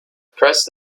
pressed